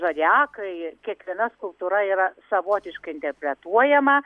zodiakai kiekviena skulptūra yra savotiškai interpretuojama